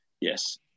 yes